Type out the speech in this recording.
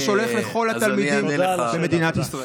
זה שולח לכל התלמידים במדינת ישראל?